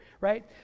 right